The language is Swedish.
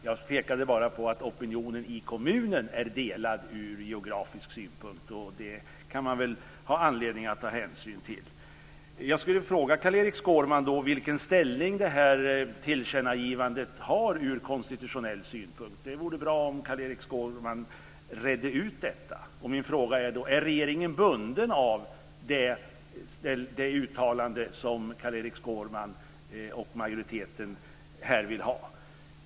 Jag pekade bara på att opinionen i kommunen är delad ur geografisk synpunkt, och det kan man väl ha anledning att ta hänsyn till. Jag skulle vilja fråga Carl-Erik Skårman vilken ställning tillkännagivandet har ur konstitutionell synpunkt. Det vore bra om Carl-Erik Skårman redde ut detta. Min fråga är: Är regeringen bunden av det uttalande som Carl-Erik Skårman och majoriteten här vill ha?